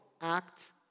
act